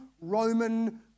Roman